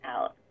out